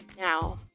now